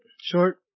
Short